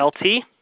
LT